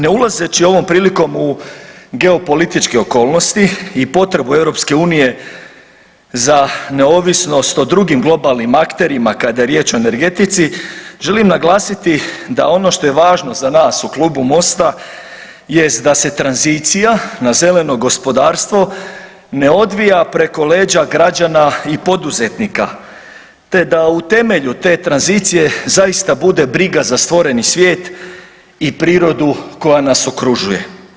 Ne ulazeći ovom prilikom u geopolitičke okolnosti i potrebu EU za neovisnost o drugim globalnim akterima kada je riječ o energetici želim naglasiti da ono što je važno za nas u Klubu Mosta jest da se tranzicija na zeleno gospodarstvo ne odvija preko leđa građana i poduzetnika, te da u temelju te tranzicije zaista bude briga za stvoreni svijet i prirodu koja nas okružuje.